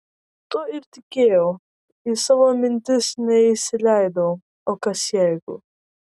tuo ir tikėjau į savo mintis neįsileidau o kas jeigu